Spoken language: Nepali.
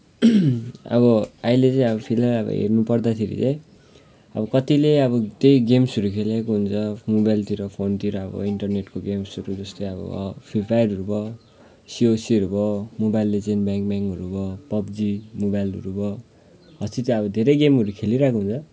अब अहिले चाहिँ अब फिलहाल अब हेर्नु पर्दाखेरि चाहिँ अब कतिले अब त्यही गेम्सहरू खेलिरहेको हुन्छ मोबाइलतिर फोनतिर अब इन्टरनेटको गेम्सहरू जस्तै अब भयो फ्रिफायरहरू भयो सिओसीहरू भयो मोबाइल लिजेन्ड बेङ् बेङहरू भयो पब्जी मोबाइलहरू भयो हो यसरी अब धेरै गेमहरू खेलिरहेको हुन्छ